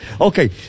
okay